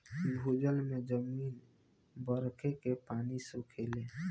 भूजल में जमीन बरखे के पानी सोखेले